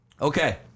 Okay